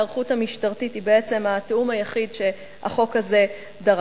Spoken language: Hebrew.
ההיערכות המשטרתית היא בעצם התיאום היחיד שהחוק הזה דרש.